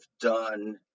done